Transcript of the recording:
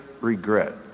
regret